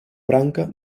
branca